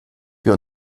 wir